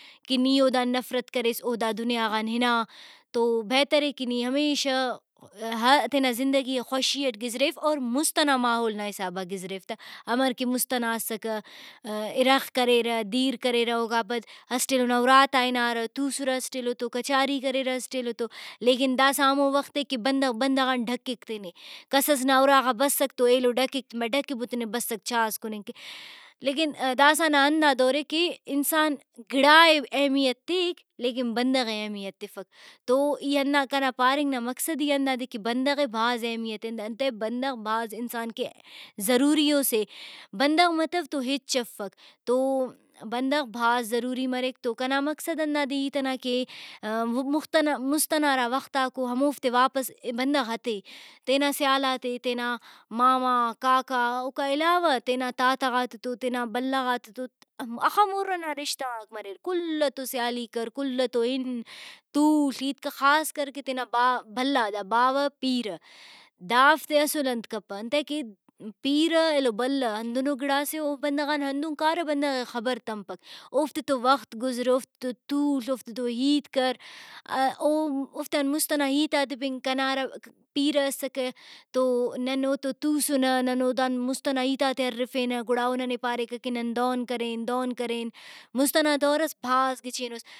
کہ نی اودان نفرت کریس او دا دنیا غان ہنا تو بہترے کہ نی ہمیشہ تینا زندگی ئے خوشی اٹ گزریف اور مُست ئنا ماحول نا حسابا گزریف تہ ہمر کہ مُست ئنا اسکہ اِرغ کریرہ دیر کریرہ اوکا پد اسٹ ایلو نا اُراتا ہنارہ توسرہ اسٹ ایلو تو کچاری کریرہ اسٹ ایلو لیکن داسہ ہمو وخت اے کہ بندغ بندغان ڈھکیک تینے کسس نا اُراغا بسک تو ایلو ڈکک ڈھکیبو تینے بسک چاء ئس کُننگ کہ ۔لیکن داسہ نا ہندا دورے کہ انسان گڑائے اہمیت تیک لیکن بندغ ئے اہمیت تفک تو ای ہندا کنا پاننگ نا مقصد ہی ہندادےکہ بندغ ئے بھاز اہمیت ایت انتئے بندغ بھاز انسان کہ ضروری اوسے۔ بندغ متو تو ہچ افک۔ تو بندغ بھاز ضروری مریک تو کنا مقصد ہندادے ہیت نا کہ مفت ئنا مُست ئنا ہرا وختاکو ہموفتے واپس بندغ ہتے۔ تینا سیالاتے تینا ماما کاکا اوکا علاوہ تینا تاتہ غاتتو تینا بلہ غاتتو ہخہ مُر ئنا رشتہ غاک مریر کل ئتو سیالی کر کل ئتو ہن تول ہیت کہ خاصکر کہ تینا باء بھلا باوہ پیرہ دافتے اسل انت کپہ انتئے کہ پیرہ ایلو بلہ ہندنو گڑاسے او او بندغان ہندن کارہ بندغے خبر تمپک اوفتے تو وخت گزر اوفتو تول اوفتتو ہیت کر او اوفتان مُست ئنا ہیتاتے بن کنا ہرا پیرہ اسکہ تو نن اوتو توسنہ نن اودان مُست ئنا ہیتاتے ہرفینہ گڑا او ننے پاریکہ کہ نن دہن کرین دہن کرین مُست ئنا دور ئس بھاز گچینو اس۔